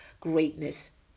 greatness